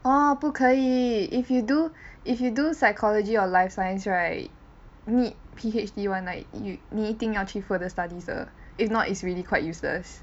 orh 不可以 if you do if you do psychology or life science right need P_H_D [one] like you 你一定要去 further studies 的 if not it's really quite useless